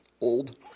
Old